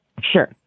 Sure